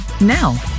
now